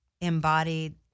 embodied